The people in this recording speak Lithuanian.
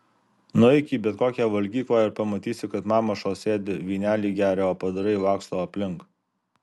nueik į bet kokią valgyklą ir pamatysi kad mamašos sėdi vynelį geria o padarai laksto aplink